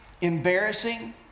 embarrassing